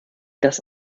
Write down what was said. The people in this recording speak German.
das